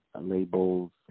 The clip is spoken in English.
labels